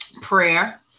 Prayer